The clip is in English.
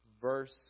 verse